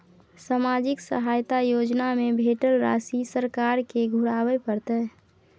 सामाजिक सहायता योजना में भेटल राशि सरकार के घुराबै परतै?